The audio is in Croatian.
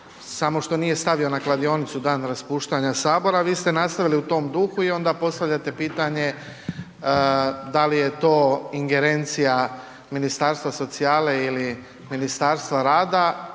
samo što nije stavio na kladionicu dan raspuštanja sabora, vi ste nastavili u tom duhu i onda postavljate pitanje da li je to ingerencija Ministarstva socijale ili Ministarstva rada